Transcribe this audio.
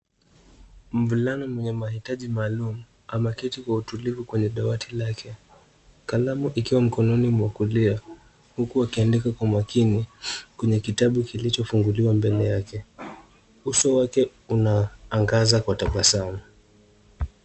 Mvulana mwenye mahitaji maalumu ameketi kwa utulivu kwenye dawati lake, kalamu ikiwa mkononi mwa kulia, huku akiandika kwa umakini kwenye kitabu kilichofunguliwa mbele yake. Uso wake unaangaza kwa tabasamu.